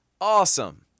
Awesome